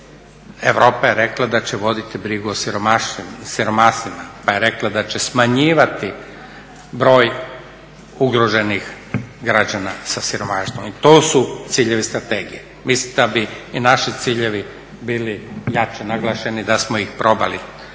Europa je rekla da će voditi brigu o siromasima pa je rekla da će smanjivati broj ugroženih građana sa siromaštvo, to su ciljevi strategije. Mislim da bi i naši ciljevi bili jače naglašeni da smo ih probali